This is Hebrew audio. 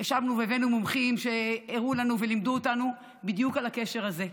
ישבנו והבאנו מומחים שהראו לנו ולימדו אותנו בדיוק על הקשר הזה.